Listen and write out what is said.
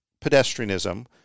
pedestrianism